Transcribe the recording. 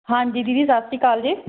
ਹਾਂਜੀ ਦੀਦੀ ਸਤਿ ਸ਼੍ਰੀ ਅਕਾਲ ਜੀ